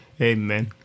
Amen